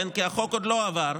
כי החוק עוד לא עבר,